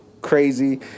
crazy